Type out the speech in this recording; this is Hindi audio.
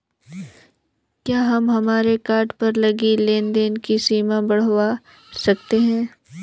क्या हम हमारे कार्ड पर लगी लेन देन की सीमा बढ़ावा सकते हैं?